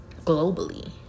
globally